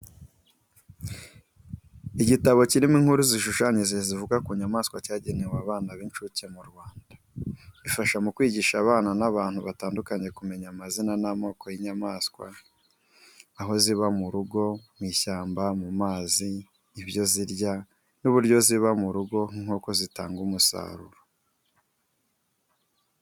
Igitabo kirimo inkuru zishushanyije zivuga ku nyamaswa cyagenewe abana b'incuke mu Rwanda. Ifasha mu kwigisha abana n’abantu batandukanye kumenya amazina n'amoko y'inyamaswa, aho ziba nko mu rugo, mu ishyamba, mu mazi, ibyo zirya ndetse n'uburyo iziba mu rugo nk'inkoko zitanga umusaruro.